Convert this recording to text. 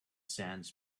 sands